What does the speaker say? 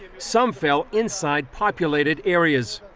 some fell inside populated areas.